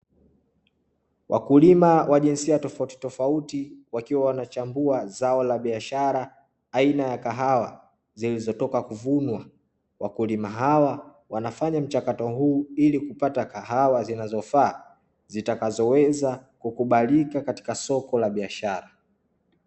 Wakulima wa jinsia tofautitofauti wakiwa wanachambua zao la biashara aina ya kahawa zilizotoka kuvunwa, wakulima hawa wanafanya mchakato huu ili kupata kahawa zinazofaa zitakazoweza kukubalika katika soko la biashara.